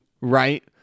right